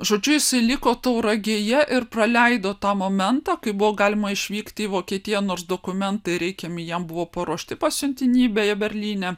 žodžiu jisai liko tauragėje ir praleido tą momentą kai buvo galima išvykti į vokietiją nors dokumentai reikiami jam buvo paruošti pasiuntinybėje berlyne